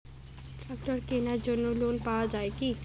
ট্রাক্টরের কেনার জন্য লোন পাওয়া যায় কি?